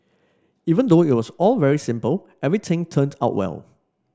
even though it was all very simple everything turned out well